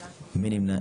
7. מי נמנע?